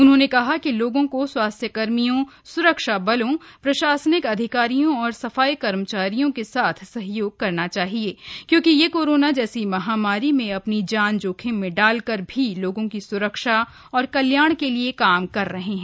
उन्होंने कहा कि लोगों को स्वास्थ्यकर्मियों सुरक्षा बलों प्रशासनिक अधिकारियों और सफाई कर्मचारियों के साथ सहयोग करना चाहिए क्योंकि ये कोरोना जैसी महामारी में अपनी जान जोखिम में डालकर भी लोगों की सुरक्षा और कल्याण के लिए काम कर रहे हैं